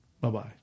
Bye-bye